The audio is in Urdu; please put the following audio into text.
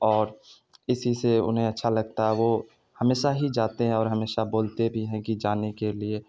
اور اسی سے انہیں اچھا لگتا ہے وہ ہمیشہ ہی جاتے ہیں اور ہمیشہ بولتے بھی ہیں کہ جانے کے لیے